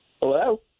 Hello